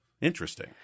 Interesting